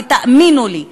ותאמינו לי,